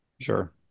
Sure